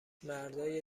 مردای